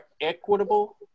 equitable